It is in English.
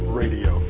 radio